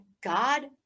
God